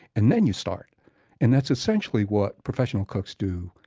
and then you start and that's essentially what professional cooks do,